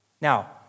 Now